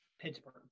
Pittsburgh